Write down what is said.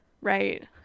Right